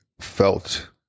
felt